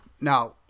Now